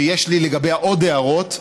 שיש לי לגביה עוד הערות,